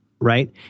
Right